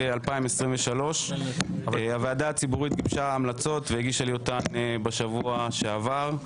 2023. הוועדה הציבורית גיבשה המלצות והגישה לי אותן בשבוע שעבר.